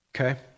okay